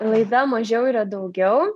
laida mažiau yra daugiau